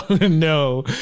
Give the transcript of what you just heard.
no